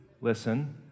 listen